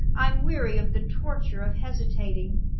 i'm weary of the torture of hesitating.